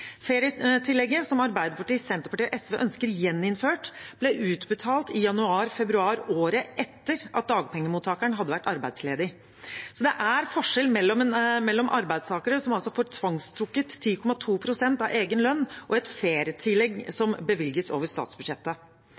Ferietillegget, som Arbeiderpartiet, Senterpartiet og SV ønsker gjeninnført, ble utbetalt i januar/februar året etter at dagpengemottakeren hadde vært arbeidsledig. Så det er forskjell mellom arbeidstakere, som altså får tvangstrukket 10,2 pst. av egen lønn, og et ferietillegg som bevilges over statsbudsjettet.